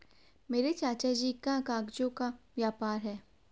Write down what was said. मेरे चाचा जी का कागजों का व्यापार है